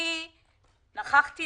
נכחתי